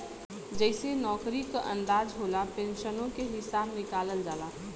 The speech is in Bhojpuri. जइसे नउकरी क अंदाज होला, पेन्सनो के हिसब निकालल जाला